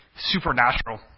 supernatural